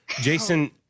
Jason